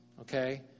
okay